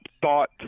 thought